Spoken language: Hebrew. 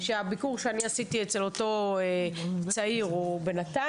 הביקור שאני עשיתי אצל אותו צעיר בנתניה,